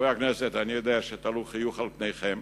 חברי הכנסת, אני יודע שתעלו חיוך על פניכם